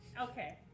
Okay